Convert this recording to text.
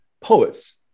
poets